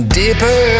deeper